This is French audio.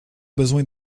besoin